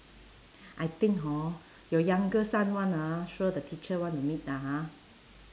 I think hor your youngest son [one] ah sure the teacher want to meet lah ha